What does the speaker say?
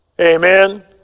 Amen